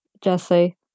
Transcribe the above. Jesse